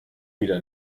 wieder